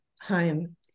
home